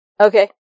okay